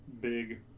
big